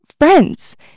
Friends